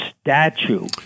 statue